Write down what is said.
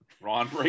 Ron